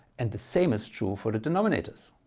and the same is true for the denominators.